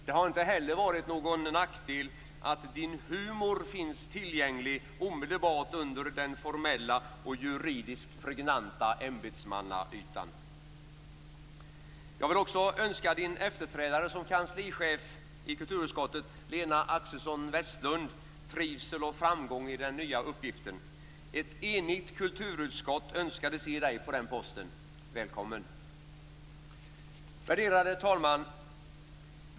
Det har inte heller varit någon nackdel att din humor finns tillgänglig omedelbart under den formella och juridiskt pregnanta ämbetsmannaytan. Jag vill också önska din efterträdare som kanslichef i kulturutskottet, Lena Axelsson-Westlund, trivsel och framgång i den nya uppgiften. Ett enigt kulturutskott önskade se dig på den posten. Välkommen! Värderade talman!